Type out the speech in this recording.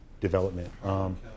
development